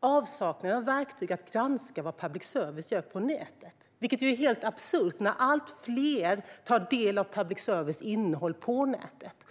avsaknaden av verktyg för att granska vad public service gör på nätet. Det är precis detta som Lars Beckman talar om. Bristen på sådana verktyg blir helt absurd när allt fler tar del av public service-innehåll på nätet.